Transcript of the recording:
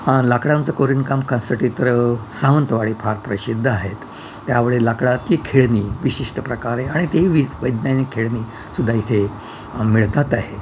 लाकडांचं कोरीवकाम साठी तर सावंतवाडी फार प्रसिद्ध आहेत त्यावेळी लाकडात खेळणी विशिष्ट प्रकारे आणि ते वि वैज्ञानिक खेळणी सुद्धा इथे मिळतात आहे